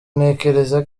ntekereza